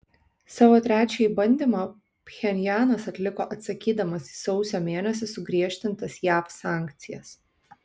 savo trečiąjį bandymą pchenjanas atliko atsakydamas į sausio mėnesį sugriežtintas jav sankcijas